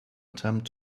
attempt